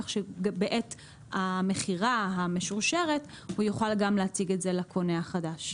כך שבעת המכירה המשורשרת הוא יוכל גם להציג את זה לקונה החדש.